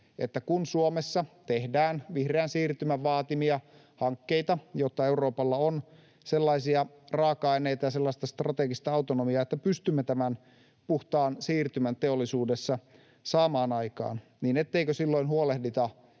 että kun Suomessa tehdään vihreän siirtymän vaatimia hankkeita, jotta Euroopalla on sellaisia raaka-aineita ja sellaista strategista autonomiaa, että pystymme tämän puhtaan siirtymän teollisuudessa saamaan aikaan, niin etteikö hallitus olisi